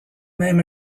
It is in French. même